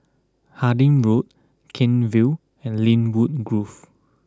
Harding Road Kent Vale and Lynwood Grove